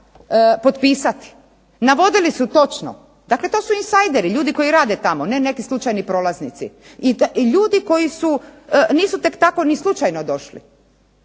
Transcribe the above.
potpisati. Navodili su točno. Dakle to su insajderi ljudi koji rade tamo ne neki slučajni prolaznici. I ljudi nisu tek tako ni slučajno došli.